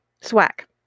swag